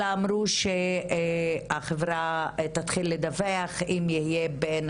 אלא אמרו שהחברה תתחיל לדווח אם יהיו בין